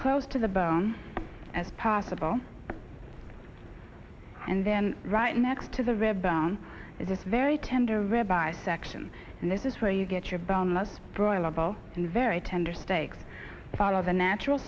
close to the bone as possible and then right next to the rib bone is very tender rabbi section and this is where you get your boneless broiler ball and very tender steaks follow the natural